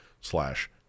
slash